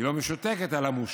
היא לא משותקת, אלא מושתקת.